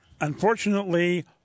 unfortunately